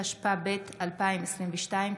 התשפ"ב 2022,